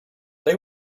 they